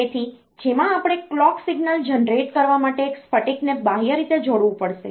તેથી જેમાં આપણે કલોક સિગ્નલ જનરેટ કરવા માટે એક સ્ફટિકને બાહ્ય રીતે જોડવું પડશે